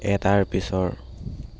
এটাৰ পিছৰ